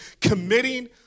committing